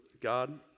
God